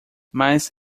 mas